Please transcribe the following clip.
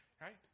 Right